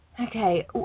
Okay